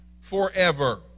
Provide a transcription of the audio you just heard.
forever